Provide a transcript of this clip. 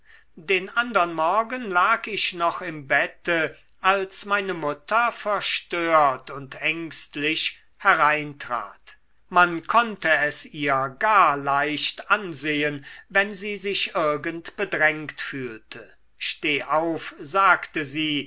den andern morgen lag ich noch im bette als meine mutter verstört und ängstlich hereintrat man konnte es ihr gar leicht ansehen wenn sie sich irgend bedrängt fühlte steh auf sagte sie